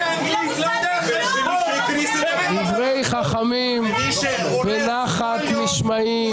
דברי חכמים בנחת נשמעים.